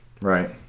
Right